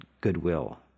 goodwill